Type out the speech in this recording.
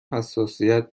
حساسیت